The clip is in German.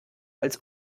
als